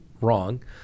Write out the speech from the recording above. wrong